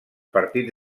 partits